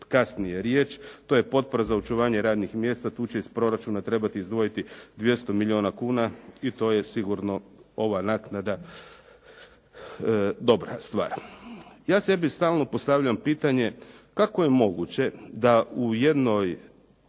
kasnije riječ, to je potpora za očuvanje radnih mjesta. Tu će iz proračuna trebati izdvojiti 200 milijuna kuna. I to je sigurno ova naknada dobra stvar. Ja sebi stalno postavljam pitanje kako je moguće da u jednoj